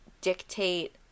dictate